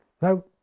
now